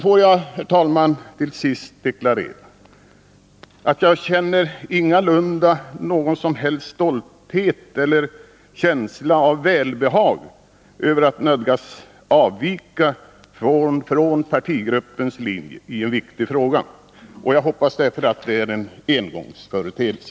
Låt mig till sist deklarera, herr talman, att jag ingalunda känner någon som helst stolthet eller känsla av välbehag över att nödgas avvika från partigruppens linje i en viktig fråga. Jag hoppas att detta är en engångsföreteelse.